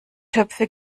töpfe